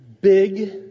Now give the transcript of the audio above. Big